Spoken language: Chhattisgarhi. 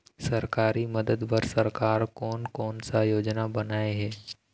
सरकारी मदद बर सरकार कोन कौन सा योजना बनाए हे?